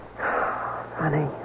Honey